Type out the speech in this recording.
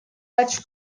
gaig